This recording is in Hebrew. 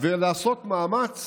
ולעשות מאמץ